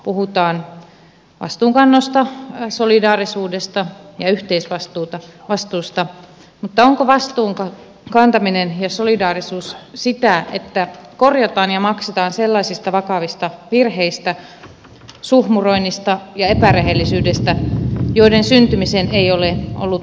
puhutaan vastuunkannosta solidaarisuudesta ja yhteisvastuusta mutta onko vastuun kantaminen ja solidaarisuus sitä että korjataan ja maksetaan sellaisista vakavista virheistä suhmuroinnista ja epärehellisyydestä joiden syntymiseen ei ole ollut osallisena